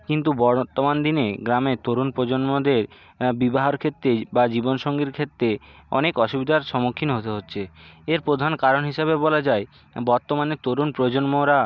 কিন্তু বর্তমান দিনে গ্রামের তরুণ প্রজন্মদের বিবাহের ক্ষেত্রেই বা জীবন সঙ্গীর ক্ষেত্রে অনেক অসুবিধার সম্মুখীন হতে হচ্ছে এর প্রধান কারণ হিসাবে বলা যায় বর্তমানে তরুণ প্রজন্মরা